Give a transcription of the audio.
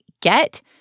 get